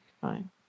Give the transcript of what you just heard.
fine